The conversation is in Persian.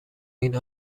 این